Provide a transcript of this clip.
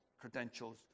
credentials